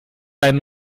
einen